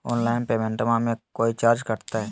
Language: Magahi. ऑनलाइन पेमेंटबां मे कोइ चार्ज कटते?